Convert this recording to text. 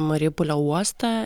mariupolio uostą